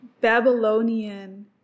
Babylonian